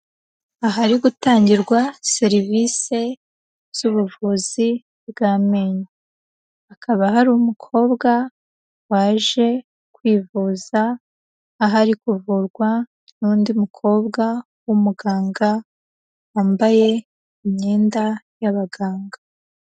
Ahari gutangirwa serivise z'ubuvuzi bw'amenyo, hakaba hari umukobwa waje kwivuza, aho ari kuvurwa n'undi mukobwa w'umuganga wambaye imyenda y'abaganga.